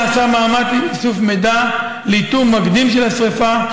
נעשה מאמץ לאיסוף מידע לאיתור מקדים של השרפה,